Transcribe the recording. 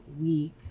week